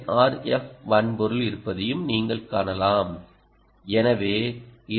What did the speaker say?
F வன்பொருள் இருப்பதையும் நீங்கள் காணலாம்